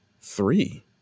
Three